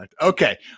Okay